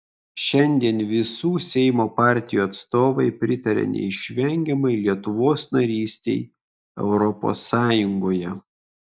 šiandien visų seimo partijų atstovai pritaria neišvengiamai lietuvos narystei europos sąjungoje